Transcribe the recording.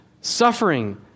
suffering